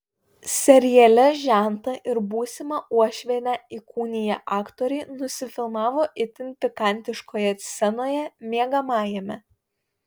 seriale žentą ir būsimą uošvienę įkūniję aktoriai nusifilmavo itin pikantiškoje scenoje miegamajame